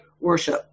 worship